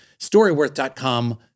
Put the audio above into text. storyworth.com